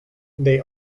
they